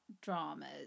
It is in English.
dramas